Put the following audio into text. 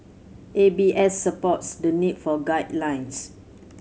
A B S supports the need for guidelines